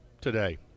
today